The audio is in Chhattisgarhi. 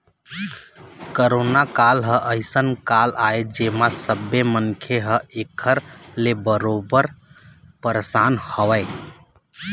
करोना काल ह अइसन काल आय जेमा सब्बे मनखे ह ऐखर ले बरोबर परसान हवय